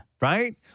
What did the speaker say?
right